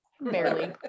barely